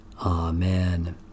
Amen